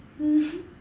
mmhmm